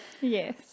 Yes